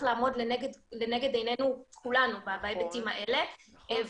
לעמוד לנגד עינינו כולנו בהיבטים האלה.